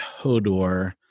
hodor